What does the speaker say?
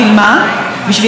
בשביל להביא שלום,